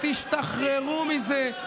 תשתחררו מזה.